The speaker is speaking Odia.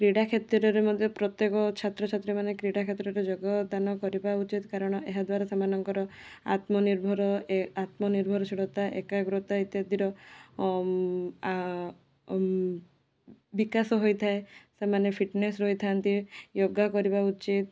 କ୍ରୀଡ଼ା କ୍ଷେତ୍ରରେ ମଧ୍ୟ ପ୍ରତ୍ୟେକ ଛାତ୍ରଛାତ୍ରୀମାନେ କ୍ରୀଡ଼ା କ୍ଷେତ୍ରରେ ଯୋଗଦାନ କରିବା ଉଚିତ୍ କାରଣ ଏହାଦ୍ୱାରା ସେମାନଙ୍କର ଆତ୍ମନିର୍ଭର ଆତ୍ମ ନିର୍ଭରଶୀଳତା ଏକାଗ୍ରତା ଇତ୍ୟାଦିର ବିକାଶ ହୋଇଥାଏ ସେମାନେ ଫିଟ୍ନେସ୍ ରହିଥାନ୍ତି ୟୋଗା କରିବା ଉଚିତ୍